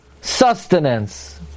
sustenance